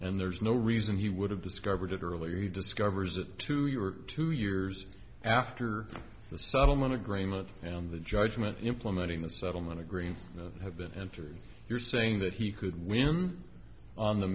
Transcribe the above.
and there's no reason he would have discovered it earlier he discovers it to you are two years after the settlement agreement and the judgment implementing the settlement agreement have been entered you're saying that he could win on the